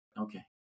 Okay